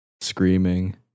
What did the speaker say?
screaming